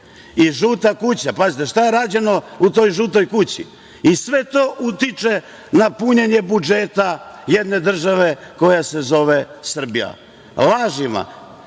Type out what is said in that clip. i „Žuta kuća“, pazite šta je rađeno sve u toj „Žutoj kući“, i sve to utiče na punjenje budžeta jedne države koja se zove Srbija. Lažima